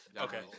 Okay